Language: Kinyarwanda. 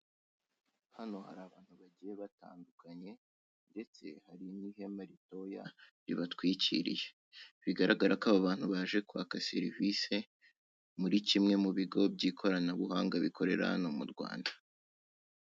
Hano hari abantu bagiye batandukanye ndetse hari n'ihema ritoya ribatwikiriye, bigaragara ko abo bantu baje kwaka serivise muri kimwe mu bigo by'ikoranabuhanga bikorera hano mu Rwanda.